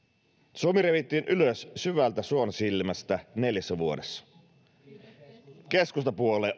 suomi revittiin ylös syvältä suonsilmästä neljässä vuodessa keskustapuolue